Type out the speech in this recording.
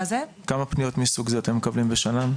כמה פניות מסוג זה אתם מקבלים בשנה?